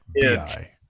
BI